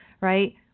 right